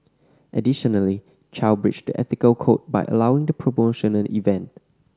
additionally Chow breached the ethical code by allowing the promotional event